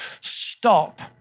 stop